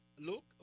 Luke